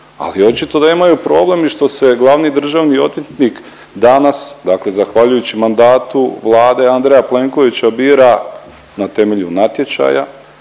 ali očito da imaju problem i što se glavni državni odvjetnik danas, dakle zahvaljujući mandatu Vlade Andreja Plenkovića bira na temelju natječaja,